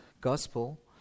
gospel